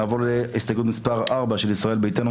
אנחנו נעבור להסתייגות מספר 4 של קבוצת ישראל ביתנו,